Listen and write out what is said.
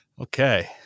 Okay